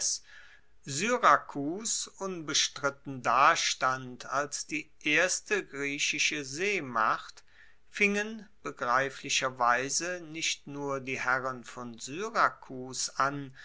syrakus unbestritten dastand als die erste griechische seemacht fingen begreiflicherweise nicht nur die herren von syrakus an